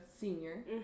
senior